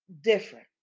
different